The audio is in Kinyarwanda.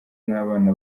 n’abana